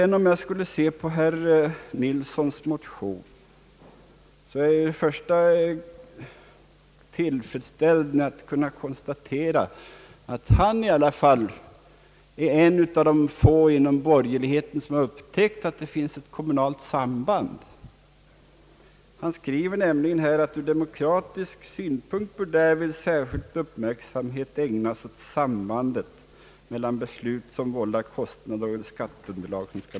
Vad beträffar herr Nilssons motion är jag tillfredsställd med att kunna konstatera att herr Nilsson i alla fall är en av de få inom borgerligheten som har upptäckt att det finns ett kommunalt samband. Han skriver nämligen att den demokratiska principen bör beaktas att den som beslutar en utgift även skall betala den.